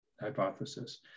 hypothesis